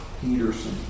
Peterson